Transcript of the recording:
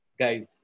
guys